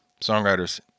songwriters